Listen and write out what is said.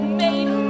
made